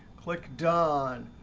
click done.